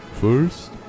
first